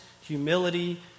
humility